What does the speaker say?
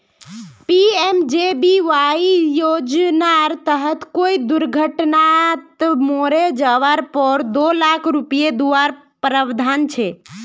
PMJBY योज्नार तहत कोए दुर्घत्नात मोरे जवार पोर दो लाख रुपये दुआर प्रावधान छे